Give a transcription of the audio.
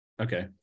Okay